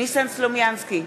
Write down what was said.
ניסן סלומינסקי,